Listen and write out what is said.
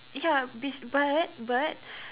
ya be but but